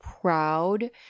proud